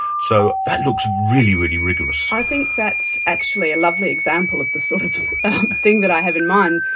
so that looks really, really rigorous. i think that's actually a lovely example of the sort of thing that i have in mind,